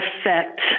affect